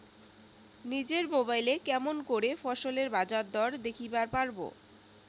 নিজের মোবাইলে কেমন করে ফসলের বাজারদর দেখিবার পারবো?